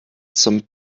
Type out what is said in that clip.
some